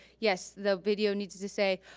yes, the video needs to say,